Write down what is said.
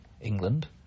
England